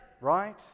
right